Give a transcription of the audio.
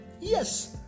yes